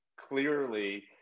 clearly